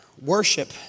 worship